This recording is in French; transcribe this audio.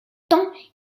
temps